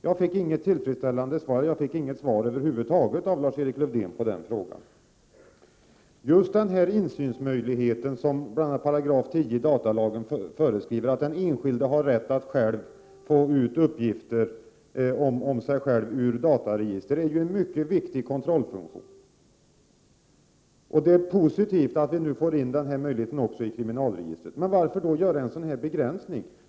Jag fick inget svar över huvud taget av Lars-Erik Lövdén på den frågan. Just den insynsmöjlighet som ges i bl.a. 10 § i datalagen och som föreskriver att den enskilde har rätt att få uppgifter om sig själv ur dataregister är en mycket viktig kontrollfunktion. Det är positivt att vi nu får in denna möjlighet också när det gäller kriminalregistret. Men varför då göra en sådan här begränsning?